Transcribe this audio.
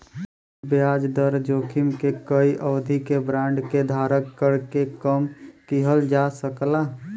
ब्याज दर जोखिम के कई अवधि के बांड के धारण करके कम किहल जा सकला